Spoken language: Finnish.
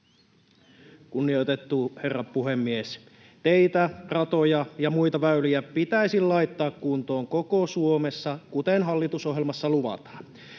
Kunnioitettu herra puhemies! Teitä, ratoja ja muita väyliä pitäisi laittaa kuntoon koko Suomessa, kuten hallitusohjelmassa luvataan.